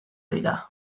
dira